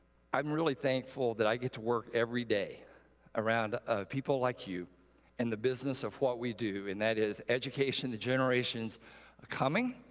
i'm really thankful that i get to work every day around ah people like you and the business of what we do, and that is education of the generations coming,